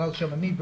אני,